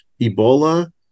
Ebola